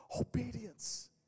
obedience